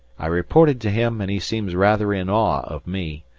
i reported to him and he seems rather in awe of me.